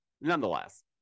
nonetheless